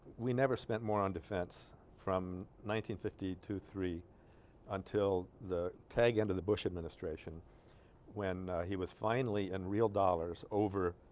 we never spent more on defense from nineteen fifty two three until the tag end of the bush administration when ah. he was finally in and real dollars over